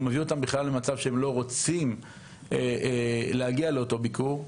או מביא אותם למצב שהם בכלל לא רוצים להגיע לאותו ביקור.